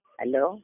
Hello